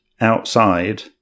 outside